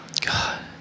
God